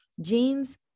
Genes